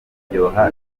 iryoha